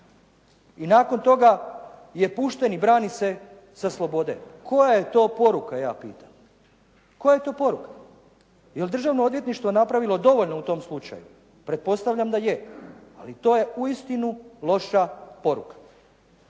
i nakon toga je pušten i brani se sa slobode. Koja je to poruka, ja pitam? Koja je to poruka? Je li državno odvjetništvo napravilo dovoljno u tom slučaju? Pretpostavljam da je, ali to je uistinu loša poruka.